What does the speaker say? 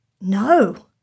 no